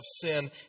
sin